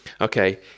Okay